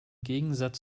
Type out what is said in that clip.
gegensatz